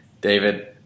David